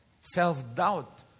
self-doubt